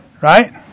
Right